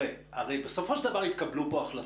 הרי בסופו של דבר התקבלו פה החלטות,